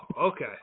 okay